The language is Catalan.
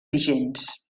vigents